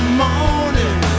morning